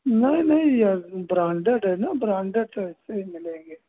नही नही यह ब्रांडेड है ना ब्रांडेड टाइप पर ही मिलेंगे